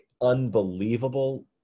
unbelievable